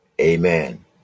Amen